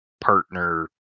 partner